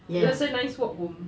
it was a nice walk home